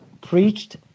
preached